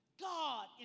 God